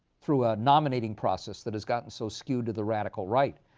through a nominating process that has gotten so skewed to the radical right.